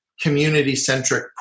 community-centric